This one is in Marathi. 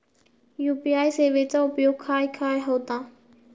यू.पी.आय सेवेचा उपयोग खाय खाय होता?